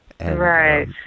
Right